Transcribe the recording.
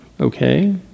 okay